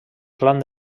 clan